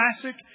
classic